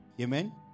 Amen